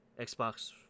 Xbox